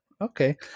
Okay